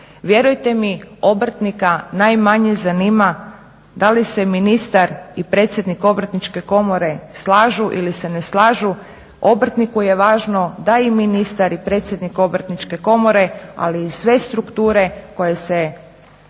Vjerujte mi obrtnika najmanje zanima da li se ministar i predsjednik Obrtničke komore slažu ili se ne slažu. Obrtniku je važno da i ministar i predsjednik Obrtničke komore ali i sve strukture koje se